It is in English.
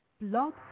blog